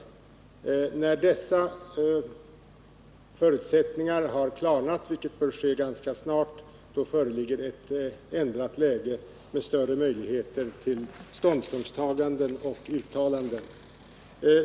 När dessa förutsättningar har klarnat, vilket bör ske ganska snart, föreligger ett ändrat läge med större möjligheter till ståndpunktstaganden och uttalanden.